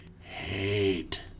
hate